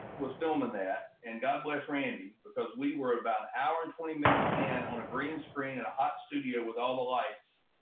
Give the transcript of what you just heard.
was filming that and god bless randy because we were about an hour and twenty minutes in on a green screen in a hot studio with all the lights,